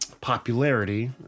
popularity